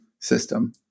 system